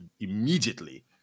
Immediately